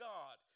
God